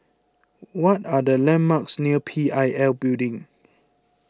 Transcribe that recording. what are the landmarks near P I L Building